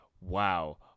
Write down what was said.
wow